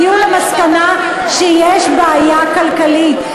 הגיעו למסקנה שיש בעיה כלכלית.